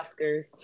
Oscars